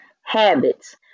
habits